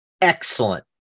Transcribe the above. excellent